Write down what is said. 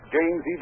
James